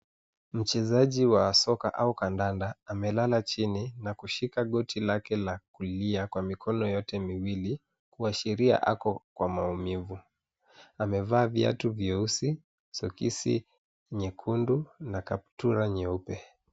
Mchezaji wa soka au kandanda, amelala chini na kushika goti lake la kulia kwa mikono yote miwili kuashiria ako kwa maumivu. Amevaa viatu vyeusi, sokisi nyekundu na kaptura nyeupe.